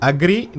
Agree